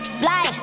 fly